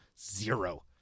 Zero